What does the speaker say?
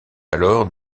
alors